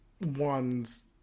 ones